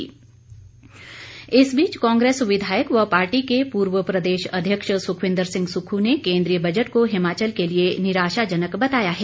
सुक्ख इस बीच कांग्रेस विधायक व पार्टी के पूर्व प्रदेश अध्यक्ष सुखविंद्र सिंह सुक्खू ने केंद्रीय बजट को हिमाचल के लिए निराशाजनक बताया है